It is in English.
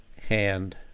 hand